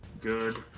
Good